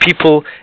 people